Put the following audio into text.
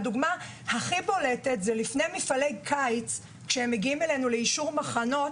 הדוגמה הכי בולטת היא שלפני מפעלי קיץ, כשהם מגיעים אלינו לאישור מחנות,